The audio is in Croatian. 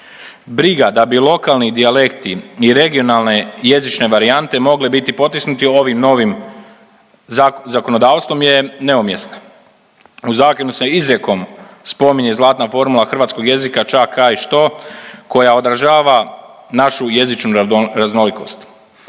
Briga da bi lokalni dijalekti i regionalne jezične varijante mogle biti potisnute ovim novim zakonodavstvom je neumjesno. U zakonu se izrijekom spominje zlatna formula hrvatskog jezika ča, kaj, što, koja odražava našu jezičnu raznolikost.